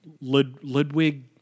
Ludwig